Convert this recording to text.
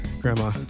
Grandma